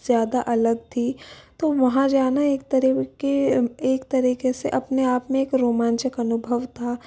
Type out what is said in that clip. ज़्यादा अलग थी तो वहाँ जाना एक तरह के एक तरीके से अपने आप में एक रोमांचक अनुभव था